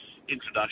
introduction